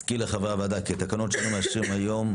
אזכיר לחברי הוועדה כי התקנות שאנו מאשרים היום,